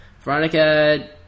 Veronica